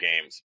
games